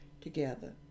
together